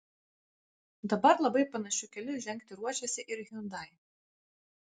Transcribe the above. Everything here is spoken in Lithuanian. dabar labai panašiu keliu žengti ruošiasi ir hyundai